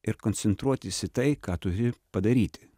ir koncentruotis į tai ką turi padaryti